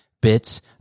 bits